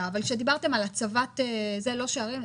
אתה יכול להיות בטוח שהם לא יהיו מוכנים.